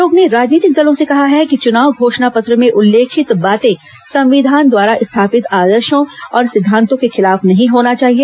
आयोग ने राजनीतिक दलों से कहा है कि चुनाव घोषणा पत्र में उल्लेखित बातें संविधान द्वारा स्थापित आदर्शों और सिद्धांतों के खिलाफ नहीं होना चाहिए